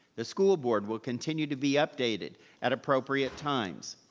the school board will continue to be updated at appropriate times.